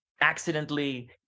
accidentally